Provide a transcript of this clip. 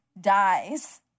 dies